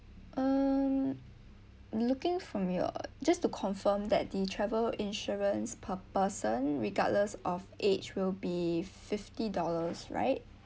um looking from your just to confirm that the travel insurance per person regardless of age will be fifty dollars right